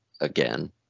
again